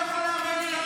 לא אצלי.